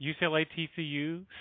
UCLA-TCU